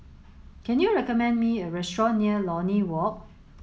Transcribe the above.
can you recommend me a restaurant near Lornie Walk